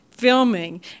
Filming